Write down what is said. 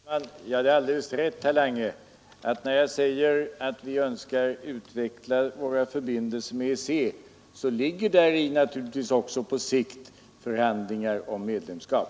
Herr talman! Det är alldeles rätt, herr Lange, att när jag säger att vi Önskar utveckla våra förbindelser med EEC ligger däri på sikt också förhandlingar om medlemskap.